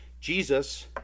Jesus